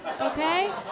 okay